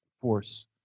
force